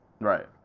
Right